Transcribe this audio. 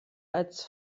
als